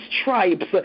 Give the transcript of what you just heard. stripes